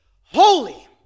Holy